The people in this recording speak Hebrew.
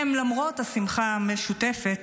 הם, למרות השמחה המשותפת,